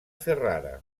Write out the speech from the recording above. ferrara